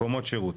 מקומות שירות.